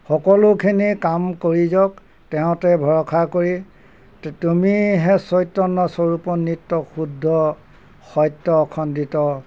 সকলোখিনি কাম কৰি যাওক তেওঁ তে ভৰসা কৰি তুমিহে চৈত্ব স্বৰূপন নৃত্য শুদ্ধ সত্য অসণ্ডিত